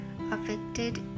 affected